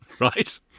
Right